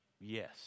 Yes